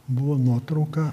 buvo nuotrauka